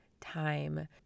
time